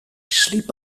sliep